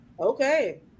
Okay